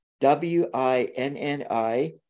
W-I-N-N-I